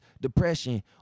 depression